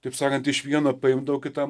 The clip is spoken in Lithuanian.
taip sakant iš vieno paimdavo kitam